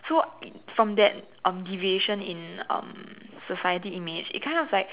so from that um deviation in um society image it kind of like